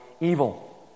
evil